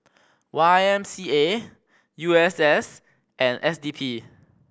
Y M C A U S S and S D P